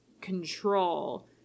control